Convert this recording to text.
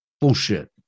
Bullshit